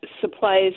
supplies